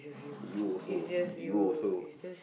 you also you also